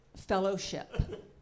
Fellowship